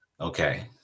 okay